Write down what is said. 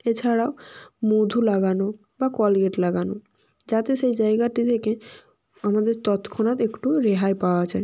এছাড়াও মধু লাগানো বা কলগেট লাগানো যাতে সেই জায়গাটি থেকে আমাদের তৎক্ষণাৎ একটু রেহাই পাওয়া যায়